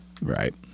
Right